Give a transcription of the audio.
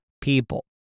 people